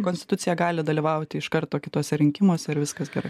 konstituciją gali dalyvauti iš karto kituose rinkimuose ir viskas gerai